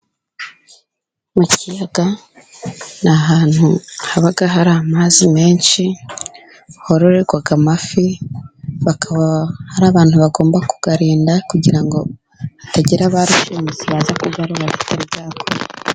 Mu kiyaga ni ahantu haba hari amazi menshi，hororerwa amafi， hakaba hari abantu bagomba kuyarinda， kugira ngo hatagira barushimusi baza bataza kuyaroba atari yakura.